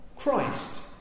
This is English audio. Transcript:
Christ